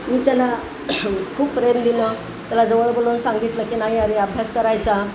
मी त्याला खूप प्रेम दिलं त्याला जवळ बोलवून सांगितलं की नाही यार हे अभ्यास करायचा